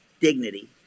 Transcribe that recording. dignity